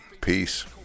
Peace